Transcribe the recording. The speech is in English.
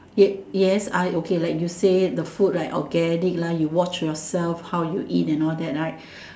ya yes I okay like you say the food right organic lah you watch yourself how you eat and all that right